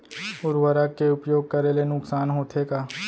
उर्वरक के उपयोग करे ले नुकसान होथे का?